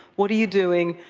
what are you doing?